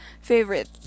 Favorite